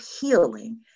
healing